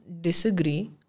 disagree